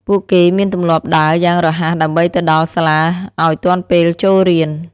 ពួកគេមានទម្លាប់ដើរយ៉ាងរហ័សដើម្បីទៅដល់សាលាឱ្យទាន់ពេលចូលរៀន។